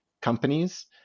companies